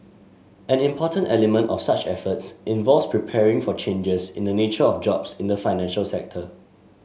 an important element of such efforts involves preparing for changes in the nature of jobs in the financial sector